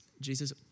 Jesus